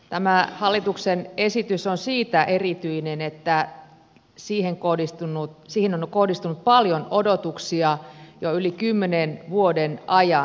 tämä hallituksen esitys on siitä erityinen että siihen on kohdistunut paljon odotuksia jo yli kymmenen vuoden ajan